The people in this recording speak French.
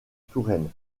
touraine